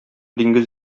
диңгез